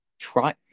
try